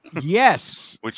Yes